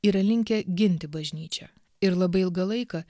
yra linkę ginti bažnyčią ir labai ilgą laiką